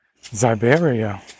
Siberia